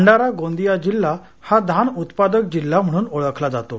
भंडारा गोंदिया जिल्हा हा धान उत्पादक जिल्हा म्हणून ओळखला जातो